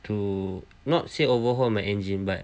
to not say overhaul my engine but